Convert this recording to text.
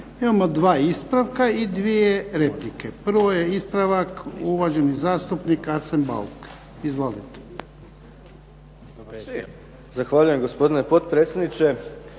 Imamo dva ispravka i dvije replike. Prvo je ispravak, uvaženi zastupnik Arsen Bauk. Izvolite. **Bauk, Arsen (SDP)** Zahvaljujem gospodine potpredsjedniče.